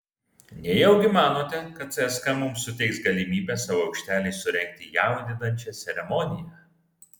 nejaugi manote kad cska mums suteiks galimybę savo aikštelėje surengti jaudinančią ceremoniją